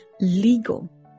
legal